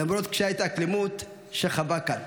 למרות קשיי ההתאקלמות שחווה כאן.